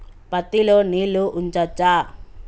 పత్తి లో నీళ్లు ఉంచచ్చా?